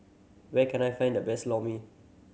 where can I find the best Lor Mee